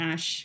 Ash